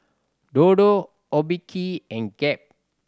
Dodo Obike and Gap